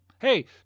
Hey